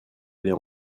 aller